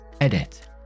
Edit